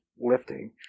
lifting